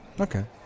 Okay